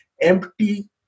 empty